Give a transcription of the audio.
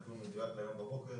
יש נתון מדויק מהיום בבוקר,